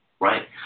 Right